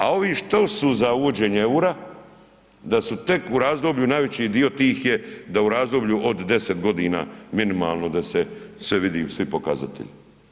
A ovi šta su uvođenje EUR-a da su tek u razdoblju, najveći dio tih je da u razdoblju od 10 godina minimalno da se sve vidi, svi pokazatelji.